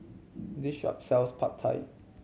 this shop sells Pad Thai